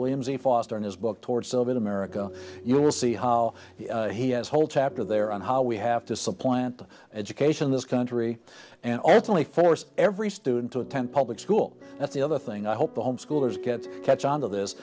williams a foster in his book toward silver in america you will see how he has a whole chapter there on how we have to supplant education in this country and it's only force every student to attend public school that's the other thing i hope the homeschoolers get catch on to this